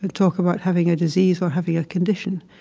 and talk about having a disease or having a condition.